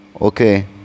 okay